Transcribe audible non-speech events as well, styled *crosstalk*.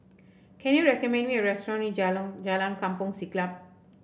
can you recommend me a restaurant near *unintelligible* Jalan Kampong Siglap